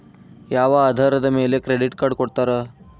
ಯಾವ ಆಧಾರದ ಮ್ಯಾಲೆ ಕ್ರೆಡಿಟ್ ಕಾರ್ಡ್ ಕೊಡ್ತಾರ?